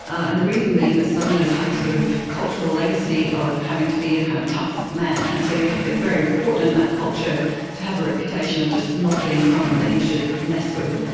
and the reason being that southerners have a sort of cultural legacy of having to be a kind of tough man, and so it's very important in that culture to have a reputation of just not being someone that you should mess with.